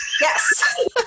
Yes